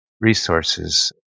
resources